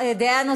יש דעה אחרת.